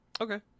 Okay